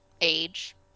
age